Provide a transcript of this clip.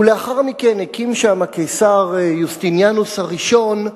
ולאחר מכן הקים שם הקיסר יוסטיניאנוס הראשון,